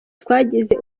twagize